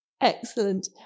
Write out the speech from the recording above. Excellent